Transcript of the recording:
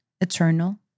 eternal